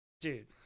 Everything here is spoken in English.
Dude